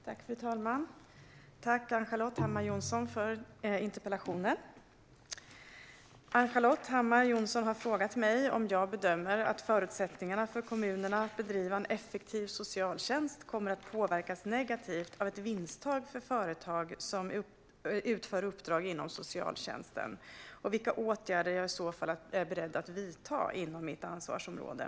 Fru talman! Jag vill tacka Ann-Charlotte Hammar Johnsson för interpellationen. Ann-Charlotte Hammar Johnsson har frågat mig om jag bedömer att förutsättningarna för kommunerna att bedriva en effektiv socialtjänst kommer att påverkas negativt av ett vinsttak för företag som utför uppdrag inom socialtjänsten, och vilka åtgärder jag i så fall är beredd att vidta inom mitt ansvarsområde.